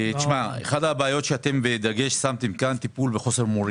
אחת הבעיות ששמתם כאן, טיפול בחוסר מורים.